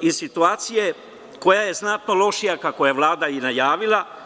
i situacije koja je znatno lošija, kako je Vlada i najavila.